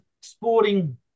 sporting